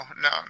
no